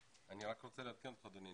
אני רק רוצה לעדכן אותך, אדוני.